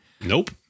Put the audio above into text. Nope